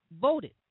voted